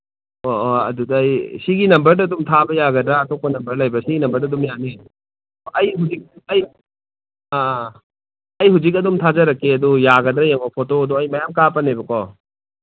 ꯑꯣ ꯑꯣ ꯑꯗꯨꯗ ꯑꯩ ꯁꯤꯒꯤ ꯅꯝꯕꯔꯗ ꯑꯗꯨꯝ ꯊꯥꯕ ꯌꯥꯒꯗ꯭ꯔꯥ ꯑꯇꯣꯞꯄ ꯅꯝꯕꯔ ꯂꯩꯕ꯭ꯔꯥ ꯁꯤꯒꯤ ꯅꯝꯕꯔꯗ ꯑꯗꯨꯝ ꯌꯥꯅꯤ ꯑꯩ ꯍꯧꯖꯤꯛ ꯑꯩ ꯑ ꯑ ꯑꯩ ꯍꯧꯖꯤꯛ ꯑꯗꯨꯝ ꯊꯥꯖꯔꯛꯀꯦ ꯑꯗꯨ ꯌꯥꯒꯗꯔꯥ ꯌꯦꯡꯉꯣ ꯐꯣꯇꯣꯗꯣ ꯑꯩ ꯃꯌꯥꯝ ꯀꯥꯞꯄꯅꯦꯕꯀꯣ